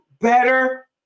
better